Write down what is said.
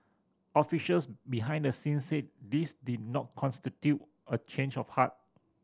officials behind the scenes said this did not constitute a change of heart